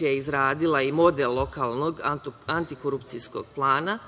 je izradila i model lokalnog antikorupcijskog plana